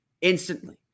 instantly